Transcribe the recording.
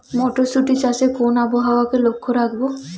মটরশুটি চাষে কোন আবহাওয়াকে লক্ষ্য রাখবো?